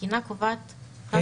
התקינה קובעת.